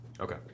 Okay